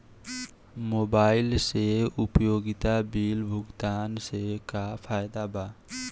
Mobile से उपयोगिता bill भुगतान से का फायदा बा?